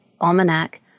almanac